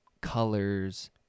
colors